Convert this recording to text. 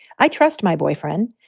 i trust my boyfriend,